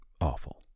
awful